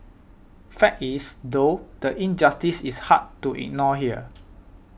fact is though the injustice is hard to ignore here